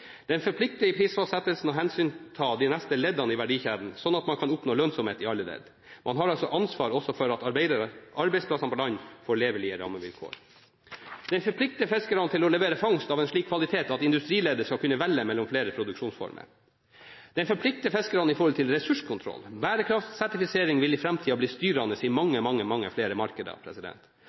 Den forplikter i prisfastsettelsen å ta hensyn til de neste leddene i verdikjeden, slik at man kan oppnå lønnsomhet i alle leddene. Man har altså ansvar også for at arbeidsplassene på land får levelige rammevilkår. Den forplikter fiskerne til å levere fangst av en slik kvalitet at industrileddet skal kunne velge mellom flere produksjonsformer. Den forplikter fiskerne når det gjelder ressurskontroll. Bærekraftsertifisering vil i framtiden bli styrende i mange, mange flere markeder.